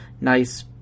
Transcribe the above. nice